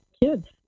kids